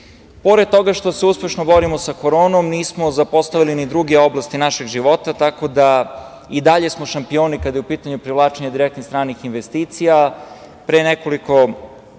toga što se uspešno borimo sa koronom, nismo zapostavili ni druge oblasti našeg života, tako da i dalje smo šampioni kada je u pitanju privlačenje direktnih stranih investicija. Pre nekoliko dana